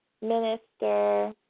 Minister